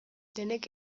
denek